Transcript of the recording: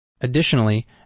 Additionally